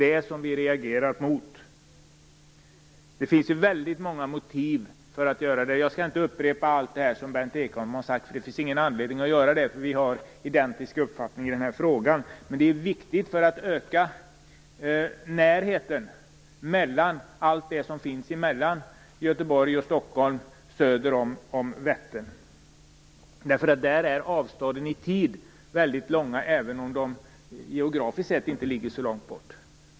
Det reagerar vi mot. Det finns väldigt många motiv för att genomföra detta. Jag skall inte upprepa allt det som Berndt Ekholm har sagt. Det finns ingen anledning att göra det, för vi har identiska uppfattningar i den här frågan. Det är viktigt för att öka närheten mellan allt det som finns mellan Göteborg och Stockholm söder om Vättern. Där är avstånden i tid långa, även om det geografiskt sett inte är så.